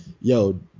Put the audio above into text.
yo